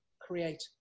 create